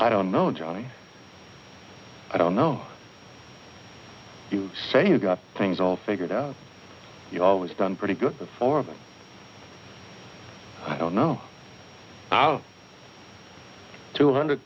i don't know johnny i don't know you say you've got things all figured out you always done pretty good for i don't know two hundred